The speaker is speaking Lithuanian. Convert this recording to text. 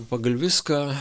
pagal viską